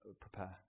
prepare